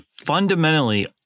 Fundamentally